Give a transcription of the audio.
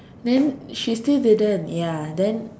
then she still didn't ya then